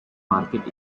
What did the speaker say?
market